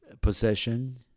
Possession